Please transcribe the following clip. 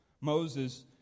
Moses